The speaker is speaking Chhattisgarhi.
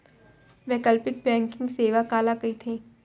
वैकल्पिक बैंकिंग सेवा काला कहिथे?